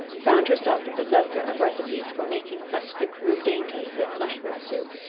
found herself the possessor of recipes for making such sick-room dainties as mushroom soup,